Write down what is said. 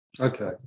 Okay